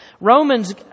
Romans